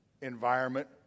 environment